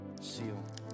seal